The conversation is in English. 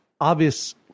obvious